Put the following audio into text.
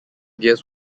gears